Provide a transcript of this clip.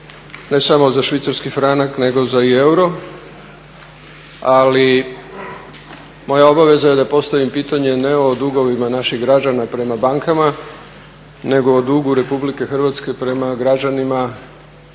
ne samo za švicarski franak nego za i euro, ali moja obaveza je da postavim pitanje ne o dugovima naših građana prema bankama, nego o dugu RH prema građanima